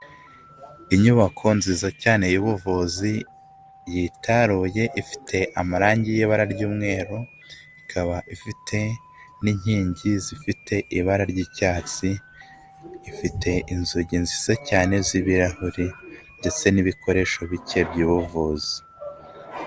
Inyubako nziza cyane y'ubuvuzi yitaruye ifite amarangi y'ibara ry'umweru, ikaba ifite n'inkingi zifite ibara ry'icyatsi, ifite inzugi nziza cyane z'ibirahuri ndetse n'ibikoresho bike by'ubuvuzi.